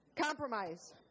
Compromise